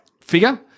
figure